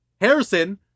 Harrison